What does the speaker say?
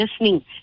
listening